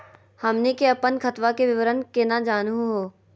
हमनी के अपन खतवा के विवरण केना जानहु हो?